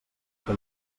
que